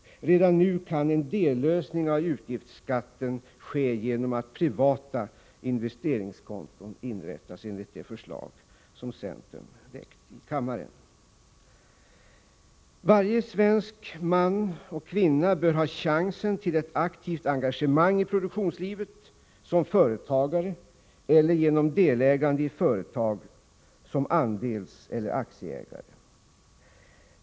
Redan nu kan en dellösning när det gäller utgiftsskatten ske genom att privata investeringskonton inrättas i enlighet med det förslag som centern väckt i kammaren. Varje svensk man och kvinna bör ha chansen till ett aktivt engagemang i produktionslivet som företagare eller genom delägande i företag som andelseller aktieägare.